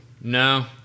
No